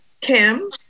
Kim